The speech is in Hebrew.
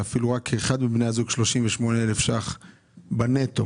אפילו רק אחד מבני הזוג 38 אלף שקלים נטו